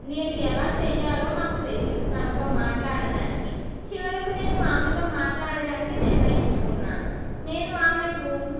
నేను ఎలా చేయాలో నాకు తెలియదు తనతో మాట్లాడటానికి చివరికి నేను ఆమెతో మాట్లాడటానికి నిర్ణయించుకున్నాను నేను ఆమెకు